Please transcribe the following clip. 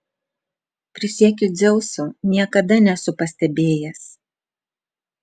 prisiekiu dzeusu niekada nesu pastebėjęs